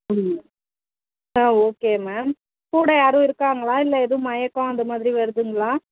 ம் ஆ okay ma'am கூட யாரும் இருக்காங்களா இல்லை எதுவும் மயக்கம் அந்த மாதிரி வருதுங்களா